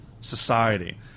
society